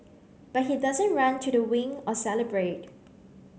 but he doesn't run to the wing or celebrate